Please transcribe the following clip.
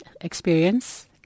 experience